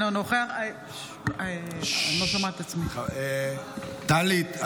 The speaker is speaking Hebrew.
אינו נוכח ולדימיר בליאק,